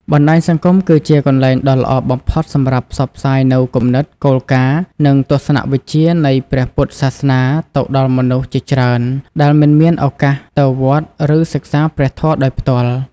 បណ្តាញសង្គមគឺជាកន្លែងដ៏ល្អបំផុតសម្រាប់ផ្សព្វផ្សាយនូវគំនិត គោលការណ៍ និងទស្សនវិជ្ជានៃព្រះពុទ្ធសាសនាទៅដល់មនុស្សជាច្រើនដែលមិនមានឱកាសទៅវត្ត ឬសិក្សាព្រះធម៌ដោយផ្ទាល់។